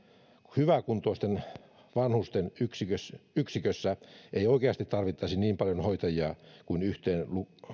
hyväkuntoisten vanhusten yksikössä yksikössä ei oikeasti tarvittaisi niin paljon hoitajia kuin yhteen